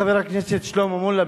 חבר הכנסת שלמה מולה,